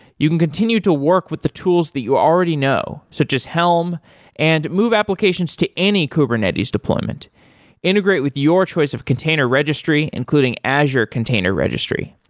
you can continue to work with the tools that you already know, so just helm and move applications to any kubernetes deployment integrate with your choice of container registry, including azure container registry.